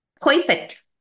Perfect